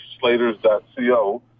slaters.co